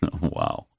wow